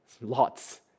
Lots